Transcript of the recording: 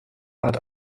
art